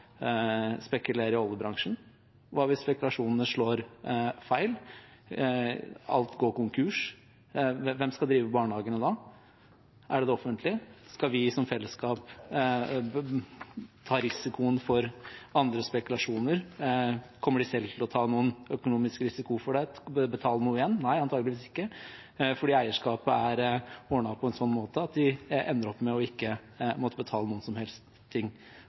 spekulere i oljebransjen? Hva hvis spekulasjonene slår feil, alt går konkurs? Hvem skal drive barnehagene da? Er det det offentlige? Skal vi som fellesskap ta risikoen for andres spekulasjoner? Kommer de selv til å ta noen økonomisk risiko for det ved å betale noe tilbake? Antakeligvis ikke, og det er fordi eierskapet er ordnet på en sånn måte at de ender opp med ikke å måtte betale noe som helst.